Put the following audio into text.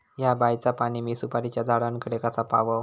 हया बायचा पाणी मी सुपारीच्या झाडान कडे कसा पावाव?